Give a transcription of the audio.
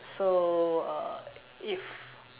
so uh if